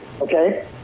okay